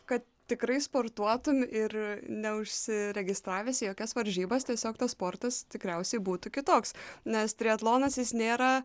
kad tikrai sportuotum ir neužsiregistravęs į jokias varžybas tiesiog tas sportas tikriausiai būtų kitoks nes triatlonas jis nėra